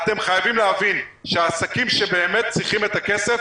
אתם חייבים להבין שהעסקים שבאמת צריכים את הכסף